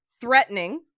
threatening